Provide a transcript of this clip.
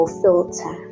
filter